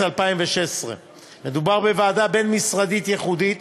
2016. מדובר בוועדה בין-משרדית ייחודית,